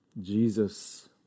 Jesus